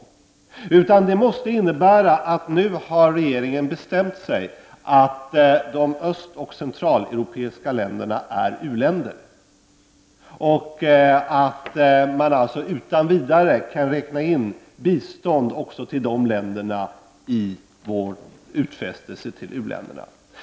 Det måste i stället innebära att regeringen nu har bestämt sig för att de östoch centraleuropeiska länderna är u-länder och att man alltså utan vidare kan räkna in bistånd även till de länderna i vår utfästelse till u-länderna.